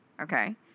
okay